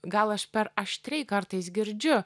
gal aš per aštriai kartais girdžiu